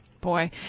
Boy